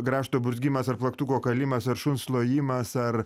grąžto burzgimas ar plaktuko kalimas ar šuns lojimas ar